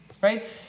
right